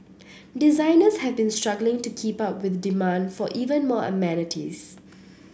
designers have been struggling to keep up with demand for even more amenities